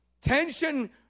Tension